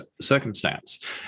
circumstance